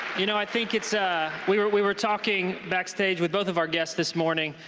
you know, i think it's. ah we were we were talking backstage with both of our guests this morning,